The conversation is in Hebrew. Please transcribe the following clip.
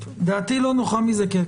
דעתי לא נוחה מזה.